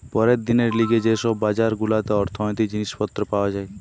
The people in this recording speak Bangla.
পরের দিনের লিগে যে সব বাজার গুলাতে অর্থনীতির জিনিস পত্র পাওয়া যায়